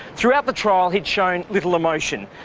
throughout the trial he'd shown little emotion,